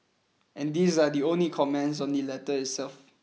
and these are only the comments on the letter itself